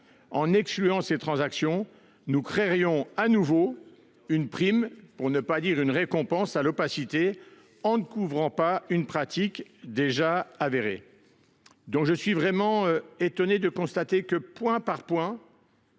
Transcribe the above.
En excluant ces transactions, nous créerions de nouveau une prime, pour ne pas dire une récompense, à l’opacité en ne couvrant pas une pratique déjà avérée. Monsieur le ministre, je constate avec étonnement